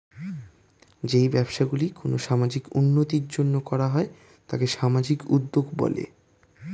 যেই ব্যবসাগুলি কোনো সামাজিক উন্নতির জন্য করা হয় তাকে সামাজিক উদ্যোগ বলে